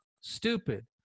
stupid